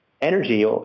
energy